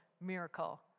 miracle